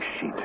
sheet